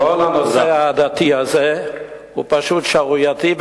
כל הנושא העדתי הזה הוא פשוט שערורייתי,